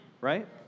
right